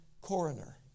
coroner